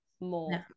more